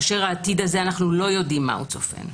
כאשר אנו לא יודעים מה העתיד הזה צופן,